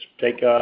take